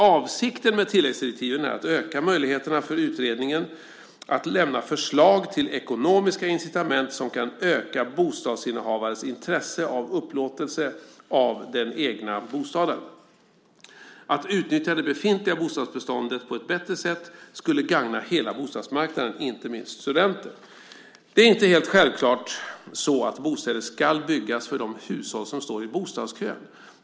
Avsikten med tilläggsdirektiven är att öka möjligheterna för utredningen att lämna förslag till ekonomiska incitament som kan öka bostadsinnehavarens intresse av upplåtelse av den egna bostaden. Att utnyttja det befintliga bostadsbeståndet på ett bättre sätt skulle gagna hela bostadsmarknaden, inte minst studenter. Det är inte helt självklart så att bostäder ska byggas för de hushåll som står i bostadskön.